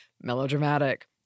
melodramatic